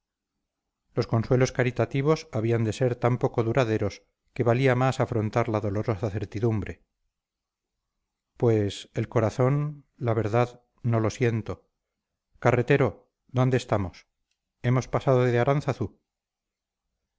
los consuelos caritativos habían de ser tan poco duraderos que valía más afrontar la dolorosa certidumbre pues el corazón la verdad no lo siento carretero dónde estamos hemos pasado de